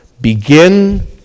begin